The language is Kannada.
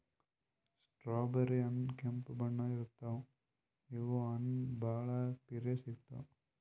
ಸ್ಟ್ರಾಬೆರ್ರಿ ಹಣ್ಣ್ ಕೆಂಪ್ ಬಣ್ಣದ್ ಇರ್ತವ್ ಇವ್ ಹಣ್ಣ್ ಭಾಳ್ ಪಿರೆ ಸಿಗ್ತಾವ್